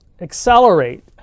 accelerate